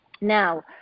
Now